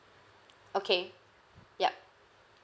okay ya